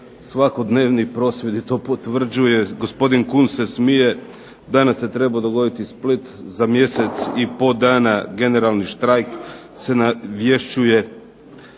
svakodnevni prosvjedi to potvrđuju, gospodin Kunst se smije, danas se trebao dogoditi Split, za mjesec i po dana generalni štrajk se navješćuje.